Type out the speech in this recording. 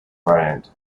brand